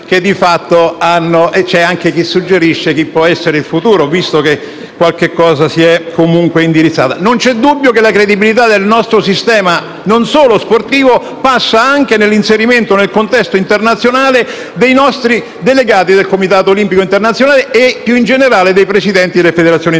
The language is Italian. Non c'è dubbio che la credibilità del nostro sistema non solo sportivo passa anche per l'inserimento nel contesto internazionale dei nostri delegati del Comitato olimpico internazionale e, più in generale, dei Presidenti delle federazioni internazionali.